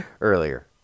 earlier